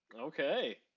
Okay